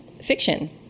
fiction